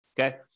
Okay